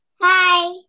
Hi